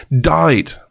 died